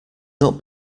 not